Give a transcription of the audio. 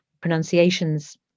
pronunciations